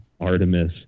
Artemis